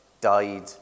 died